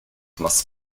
must